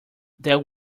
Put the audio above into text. that